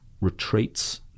retreats